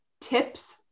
Tips